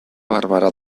barberà